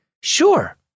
Sure